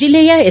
ಜಿಲ್ಲೆಯ ಎಸ್